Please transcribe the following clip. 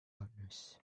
loudness